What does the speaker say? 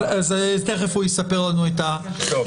תכף הוא יספר לנו הסיפור.